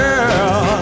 Girl